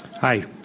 Hi